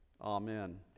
amen